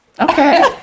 Okay